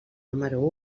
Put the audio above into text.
número